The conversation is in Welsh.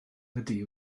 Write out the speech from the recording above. ydy